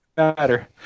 Matter